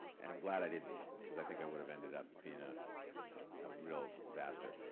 and i'm glad i didn't, cause i think i would have ended up being a ah real disaster.